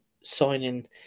signing